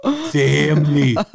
family